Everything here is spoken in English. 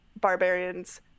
barbarians